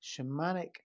shamanic